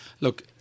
Look